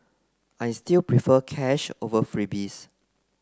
I still prefer cash over freebies